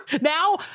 now